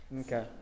Okay